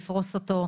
לפרוס אותם,